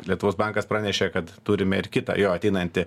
lietuvos bankas pranešė kad turime ir kitą jo ateinantį